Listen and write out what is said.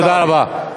תודה רבה.